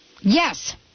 Yes